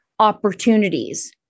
Opportunities